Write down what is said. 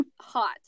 hot